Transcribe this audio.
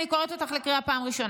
אני קוראת אותך לסדר פעם ראשונה.